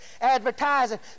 Advertising